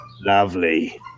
Lovely